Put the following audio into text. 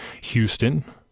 Houston